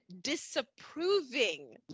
disapproving